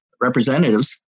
representatives